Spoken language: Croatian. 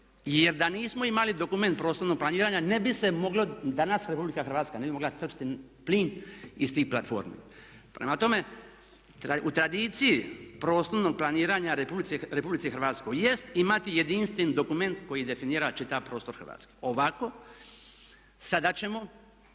Jer da nismo imali dokument prostornog planiranja ne bi se moglo, danas Republika Hrvatska ne bi mogla crpiti plin iz tih platformi. Prema tome, u tradiciji prostornog planiranja Republici Hrvatskoj jest imati jedinstven dokument koji definira čitav prostor Hrvatske. Ovako, sada ćemo